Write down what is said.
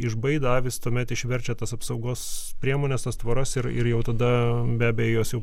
išbaido avis tuomet išverčia tas apsaugos priemones tas tvoras ir ir jau tada be abejo jos jau